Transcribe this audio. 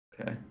Okay